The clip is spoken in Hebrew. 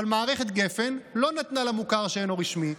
אבל מערכת גפ"ן לא נתנה למוכר שאינו רשמי.